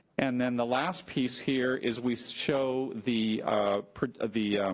and then the last piece here, is we show the ah ah the